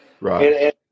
Right